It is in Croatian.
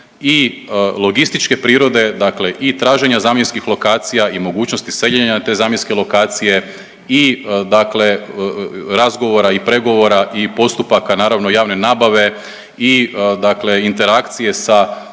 i logističke prirode, dakle i traženja zamjenskih lokacija i mogućnosti seljenja te zamjenske lokacije i dakle razgovora i pregovora i postupaka naravno javne nabave i dakle interakcije sa